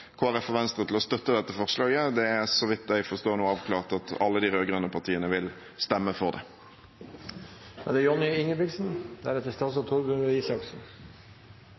og Venstre til å støtte dette forslaget. Det er så vidt jeg forstår, nå avklart at alle de rød-grønne partiene vil stemme for det.